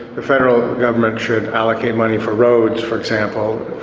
the federal government should allocate money for roads, for example,